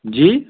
जी